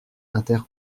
inter